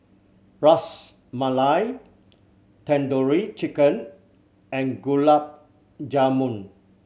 Ras Malai Tandoori Chicken and Gulab Jamun